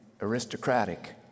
aristocratic